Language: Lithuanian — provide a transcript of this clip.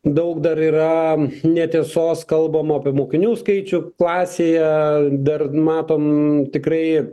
daug dar yra netiesos kalbama apie mokinių skaičių klasėje dar matom tikrai